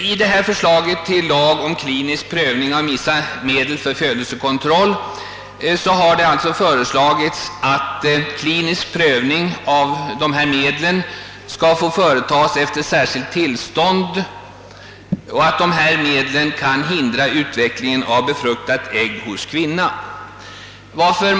I föreliggande förslag till lag om klinisk prövning av vissa medel för födelsekontroll har det förordats, att klinisk prövning av dessa medel skall få företas efter särskilt tillstånd. Dessa medel skall hindra utvecklingen av ett befruktat ägg hos kvinnan.